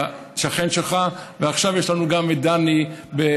שכן שלך, ועכשיו יש לנו גם את דני בספסופה.